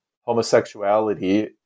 homosexuality